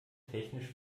technisch